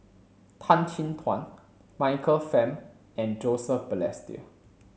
Tan Chin Tuan Michael Fam and Joseph Balestier